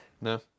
no